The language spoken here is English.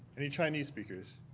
any chinese speakers?